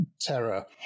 terror